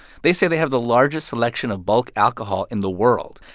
they say they have the largest selection of bulk alcohol in the world.